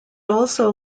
also